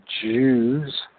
Jews